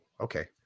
okay